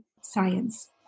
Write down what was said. science